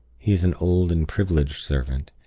he is an old and privileged servant,